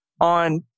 on